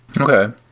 okay